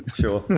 Sure